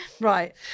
Right